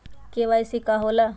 KYC का होला?